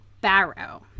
Barrow